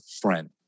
friend